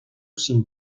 sin